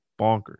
bonkers